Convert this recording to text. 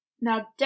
Now